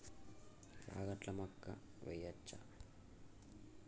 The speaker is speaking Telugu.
రాగట్ల మక్కా వెయ్యచ్చా?